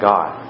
God